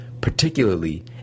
particularly